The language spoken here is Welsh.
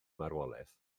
marwolaeth